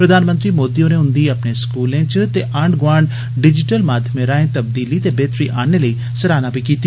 प्रधानमंत्री मोदी होरें उंदी अपने स्कूलें च ते आंड गोआंड डिजिटल माध्यमें राएं तबदीली ते बेहतरी आनने लेई सराहना कीती